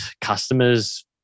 customers